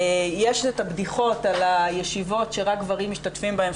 יש הבדיחות על הישיבות שרק גברים משתתפים בהן,